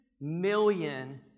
million